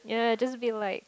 ya just be like